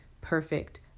perfect